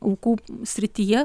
aukų srityje